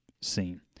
scene